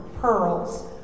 pearls